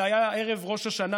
זה היה ערב ראש השנה,